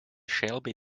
shelby